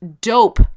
dope